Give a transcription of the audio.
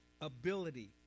ability